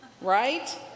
right